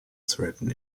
threaten